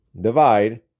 divide